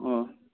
ꯑꯣ